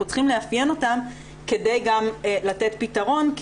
צריכים לאפיין אותם כדי גם לתת פתרון,